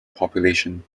population